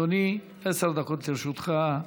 אדוני, עשר דקות לרשותך.